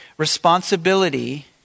responsibility